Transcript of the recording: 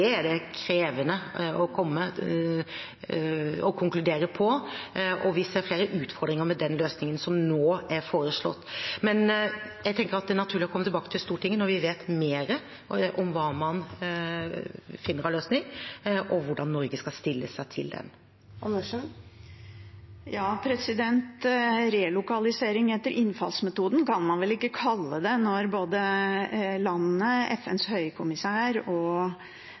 er det krevende å konkludere på, og vi ser flere utfordringer med den løsningen som nå er foreslått. Men jeg tenker det er naturlig å komme tilbake til Stortinget når vi vet mer om hva man finner av løsning, og hvordan Norge skal stille seg til den. Relokalisering etter innfallsmetoden kan man vel ikke kalle det når både landene, FNs høykommissær og